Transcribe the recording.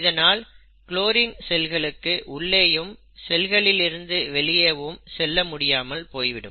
இதனால் குளோரின் செல்களுக்கு உள்ளேயும் செல்களில் இருந்து வெளியேறும் செல்ல முடியாமல் போய்விடும்